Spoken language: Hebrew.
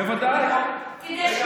בוודאי, בוודאי.